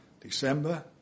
December